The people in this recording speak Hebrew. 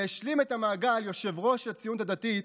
והשלים את המעגל יושב-ראש הציונות הדתית,